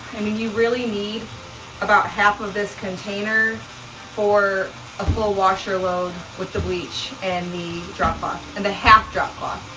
i mean you really need about half of this container for a full washer load with the bleach and the drop cloth um and the half drop cloth.